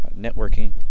networking